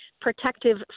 protective